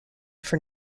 for